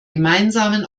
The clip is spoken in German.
gemeinsamen